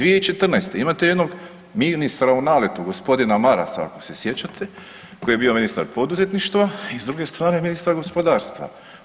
2014., imate jednog ministra u naletu, g. Marasa, ako se sjećate, koji je bio ministar poduzetništva, i s druge strane, ministar gospodarstva.